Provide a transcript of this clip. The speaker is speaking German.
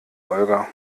olga